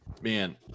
man